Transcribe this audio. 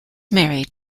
married